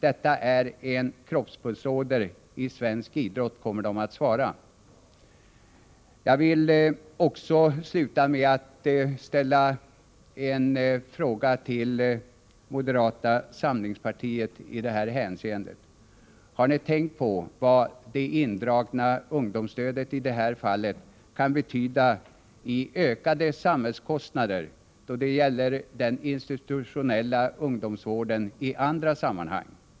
Detta är en kroppspulsåder i svensk idrott, kommer de att svara. Till slut vill jag ställa en fråga till moderata samlingspartiet. Har ni tänkt på vad indragningen av ungdomsstödet i det här fallet kan betyda i ökade samhällskostnader då det gäller den institutionella ungdomsvården i andra sammanhang?